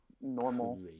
normal